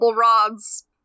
rods